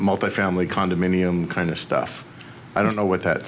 multifamily condominium kind of stuff i don't know what that